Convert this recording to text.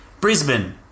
Brisbane